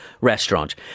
restaurant